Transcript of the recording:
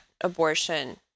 abortion